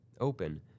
open